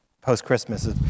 post-Christmas